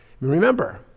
Remember